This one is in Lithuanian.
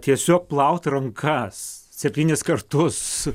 tiesiog plaut rankas septynis kartus